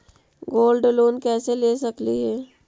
Gold loan कैसे ले सकली हे?